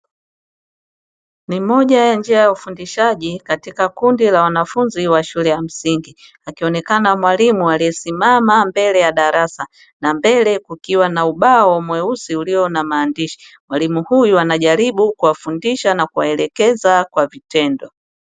Ni njia moja ya ufundishaji katika kundi la wanafunzi wa shule ya msingi akionekana mwalimu aliyesimama mbele ya darasa na mbele kukiwa na ubao mweusi ulio na maandishi, mwalimu huyo anajaribu kuwafundisha na kuwaelekeza kwa vitendo.